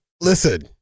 Listen